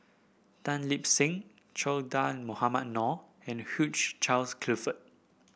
Tan Lip Seng Che Dah Mohamed Noor and Hugh Charles Clifford